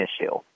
issue